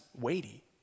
weighty